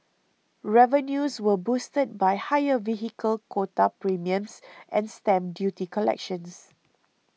revenues were boosted by higher vehicle quota premiums and stamp duty collections